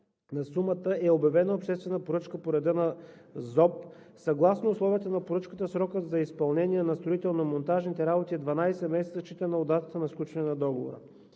на Закона за обществените поръчки. Съгласно условията на поръчката срокът за изпълнение на строително-монтажните работи е 12 месеца, считано от датата на сключване на договора.